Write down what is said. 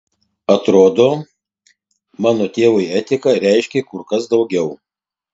atrodo mano tėvui etika reiškė kur kas daugiau